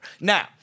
Now